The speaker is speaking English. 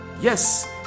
yes